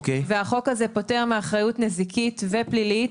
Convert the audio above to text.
והחוק הזה פוטר מאחריות נזיקית ופלילית.